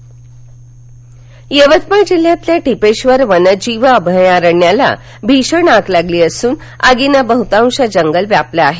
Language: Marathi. आग यवतमाळ जिल्ह्यातल्या टिपेश्वर वन्यजीव अभयारण्याला भीषण आग लागली असून आगीने बहुतांश जंगल व्यापले आहे